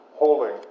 holding